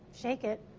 shake it.